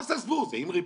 אז תעזבו, עם ריבית,